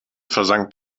versank